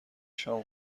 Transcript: شام